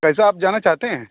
कैसा आप जाना चाहते हैं